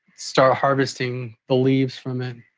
start harvesting the leaves from it.